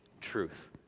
truth